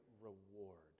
reward